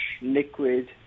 liquid